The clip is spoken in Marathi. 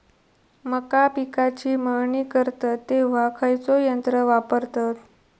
मका पिकाची मळणी करतत तेव्हा खैयचो यंत्र वापरतत?